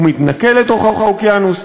והוא מתנקה לתוך האוקיינוס.